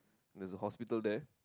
there's a hospital there